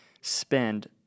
spend